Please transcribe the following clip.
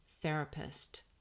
therapist